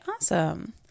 awesome